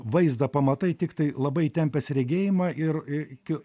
vaizdą pamatai tiktai labai įtempęs regėjimą ir ikiu